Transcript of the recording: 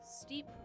steep